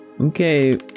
Okay